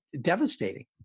devastating